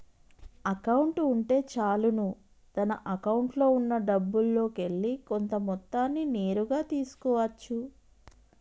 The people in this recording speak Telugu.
అకౌంట్ ఉంటే చాలును తన అకౌంట్లో ఉన్నా డబ్బుల్లోకెల్లి కొంత మొత్తాన్ని నేరుగా తీసుకో అచ్చు